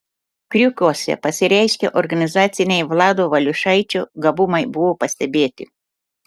kriukuose pasireiškę organizaciniai vlado valiušaičio gabumai buvo pastebėti